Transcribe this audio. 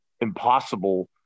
impossible